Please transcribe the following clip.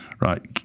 right